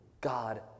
God